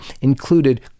included